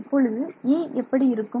இப்பொழுது E எப்படி இருக்கும்